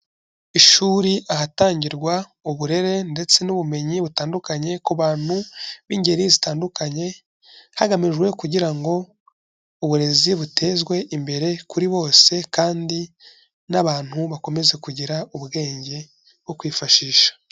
Ishuri ahatangirwa uburere ndetse n'ubumenyi butandukanye ku bantu b'ingeri zitandukanye, hagamijwe kugira ngo uburezi butezwe imbere kuri bose kandi n'abantu bakomeze kugira ubwenge bwo kwifashisha.